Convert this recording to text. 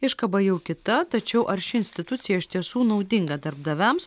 iškaba jau kita tačiau ar ši institucija iš tiesų naudinga darbdaviams